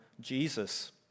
Jesus